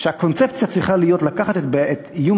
שהקונספציה צריכה להיות: לקחת את איום